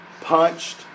punched